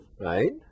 right